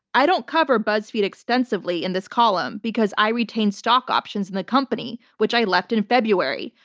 i don't cover buzzfeed extensively in this column because i retained stock options in the company, which i left in february.